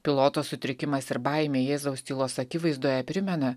piloto sutrikimas ir baimė jėzaus tylos akivaizdoje primena